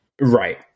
right